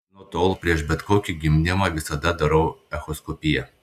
nuo tol prieš bet kokį gimdymą visada darau echoskopiją